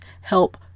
help